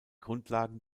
grundlagen